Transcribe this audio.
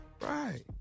Right